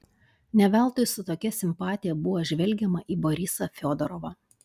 ne veltui su tokia simpatija buvo žvelgiama į borisą fiodorovą